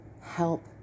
help